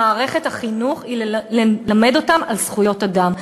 במערכת החינוך היא ללמד אותם על זכויות אדם.